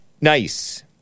Nice